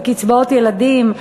בקצבאות ילדים?